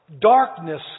darkness